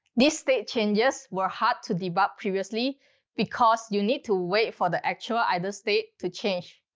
these state changes were hard to debug previously because you need to wait for the actual idle state to change.